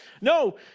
no